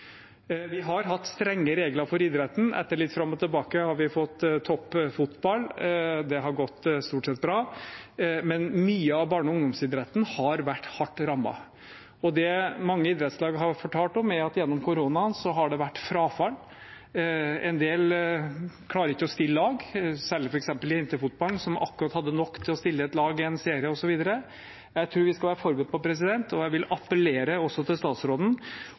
Vi har hatt strenge regler for idretten. Etter litt fram og tilbake har vi fått toppfotball – det har stort sett gått bra – men mye av barne- og ungdomsidretten har vært hardt rammet, og det mange idrettslag har fortalt om, er at gjennom koronaen har det vært frafall. En del klarer ikke å stille lag, særlig f.eks. i jentefotballen, som akkurat hadde nok til å stille et lag i en serie, osv. Jeg tror vi skal være forberedt på – og jeg vil appellere også til statsråden